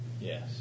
Yes